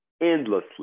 endlessly